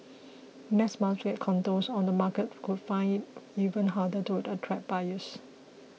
mass market condos on the market could find it even harder to attract buyers